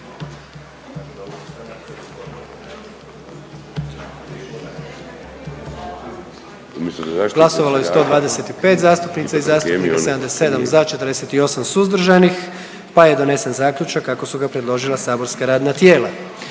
Glasovalo je 125 zastupnica i zastupnika, 77 za, 48 suzdržanih pa je donesen zaključak kako su ga predložila saborska radna tijela.